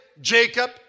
Jacob